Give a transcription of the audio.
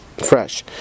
Fresh